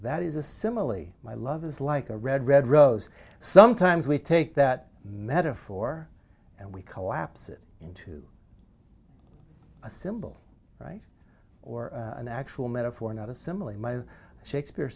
that is a simile my love is like a red red rose sometimes we take that metaphor and we collapse it into a symbol right or an actual metaphor not a simile my shakespeare